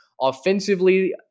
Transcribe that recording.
offensively